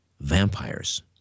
vampires